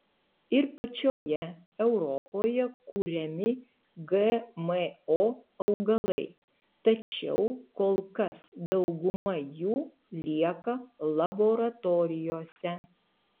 ir pačioje europoje kuriami gmo augalai tačiau kol kas dauguma jų lieka laboratorijose